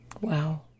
Wow